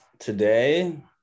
today